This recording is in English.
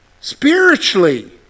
Spiritually